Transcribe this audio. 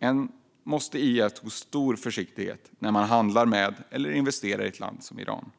Man måste iaktta stor försiktighet när man handlar med eller investerar i ett land som Iran.